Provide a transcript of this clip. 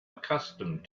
accustomed